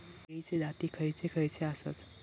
केळीचे जाती खयचे खयचे आसत?